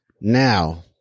Now